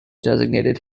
designated